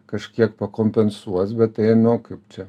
kažkiek pa kompensuos bet tai nu kaip čia